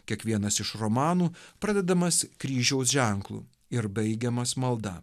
kiekvienas iš romanų pradedamas kryžiaus ženklu ir baigiamas malda